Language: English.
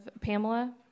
Pamela